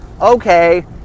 okay